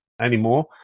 anymore